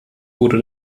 wurde